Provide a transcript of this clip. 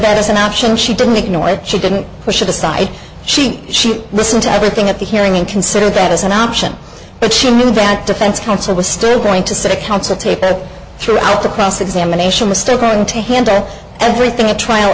that as an option she didn't ignore it she didn't push it aside she she listened to everything at the hearing and considered that as an option but she knew that defense counsel was still going to city council take that throughout the cross examination was still going to handle everything a trial